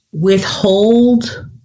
withhold